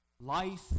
Life